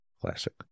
Classic